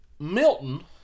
Milton